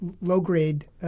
low-grade